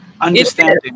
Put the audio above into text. understanding